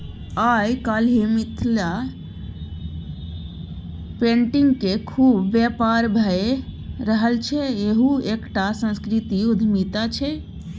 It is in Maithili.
आय काल्हि मिथिला पेटिंगक खुब बेपार भए रहल छै इहो एकटा सांस्कृतिक उद्यमिता छै